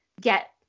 get